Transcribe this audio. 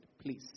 please